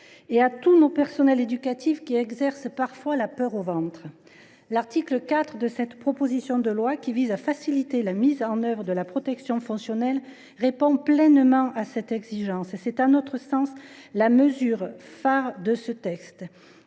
et à tout notre personnel éducatif, qui exerce parfois la peur au ventre. L’article 4 de cette proposition de loi, qui vise à faciliter la mise en œuvre de la protection fonctionnelle, répond pleinement à cette exigence. À notre sens, cette mesure est la mesure phare de ce texte.